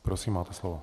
Prosím, máte slovo.